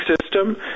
system